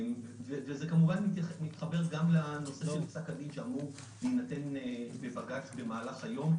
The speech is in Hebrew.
זה כמובן מתחבר גם לפסק הדין שאמור להינתן בבג"ץ במהלך היום.